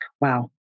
Wow